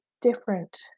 different